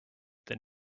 than